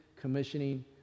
commissioning